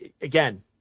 again